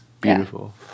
beautiful